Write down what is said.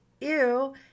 ew